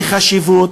בחשיבות.